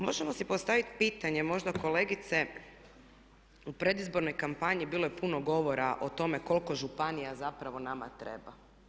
Možemo si postaviti pitanje, možda kolegice u predizbornoj kampanji bilo je puno govora o tome koliko županija zapravo nama treba.